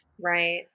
Right